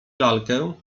lalkę